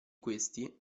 questi